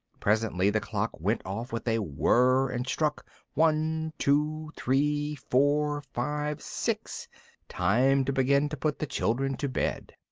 presently the clock went off with a whirr, and struck one, two, three, four, five, six time to begin to put the children to bed.